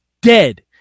dead